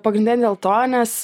pagrinde dėl to nes